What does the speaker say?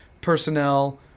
personnel